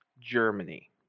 Germany